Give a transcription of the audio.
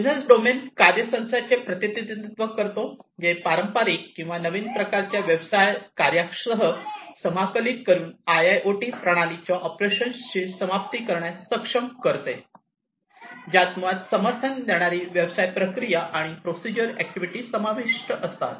business domain कार्ये संचाचे प्रतिनिधित्व करतो जे पारंपारिक किंवा नवीन प्रकारच्या व्यवसाय कार्यासह समाकलित करून IIoT प्रणालीच्या ऑपरेशनची समाप्ती करण्यास सक्षम करते ज्यात मुळात समर्थन देणारी व्यवसाय प्रक्रिया आणि प्रोसिजर ऍक्टिव्हिटी समाविष्ट असतात